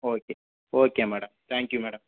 okay okay madam thank you madam